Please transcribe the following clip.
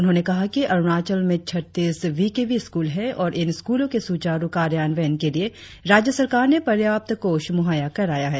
उन्होंने कहा कि अरुणाचल में छत्तीस वी के वी स्कूल है और इन स्कूलों के सूचारु कार्यान्वयन के लिए राज्य सरकार ने पर्याप्त कोष मुहैय्या कराया है